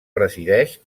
resideix